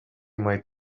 might